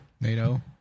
NATO